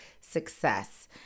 success